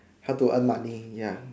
hard to earn money ya